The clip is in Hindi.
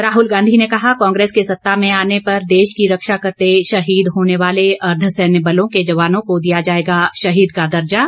राहुल गांधी ने कहा कांग्रेस के सत्ता में आने पर देश की रक्षा करते शहीद होने वाले अर्ध सैन्य बलों के जवानों को दिया जाएगा शहीद का दर्जा